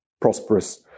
prosperous